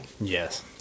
Yes